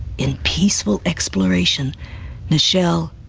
in peaceful exploration michelle,